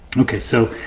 okay, so,